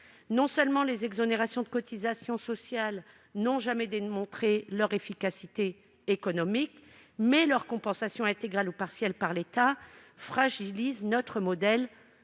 Non seulement les exonérations de cotisations sociales n'ont jamais démontré leur efficacité économique, mais leur compensation intégrale ou partielle par l'État fragilise notre modèle